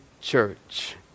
church